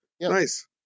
Nice